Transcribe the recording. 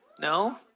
No